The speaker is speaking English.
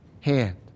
hand